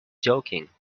joking